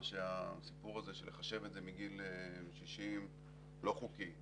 שהסיפור הזה של לחשב את זה מגיל 60 לא חוקי.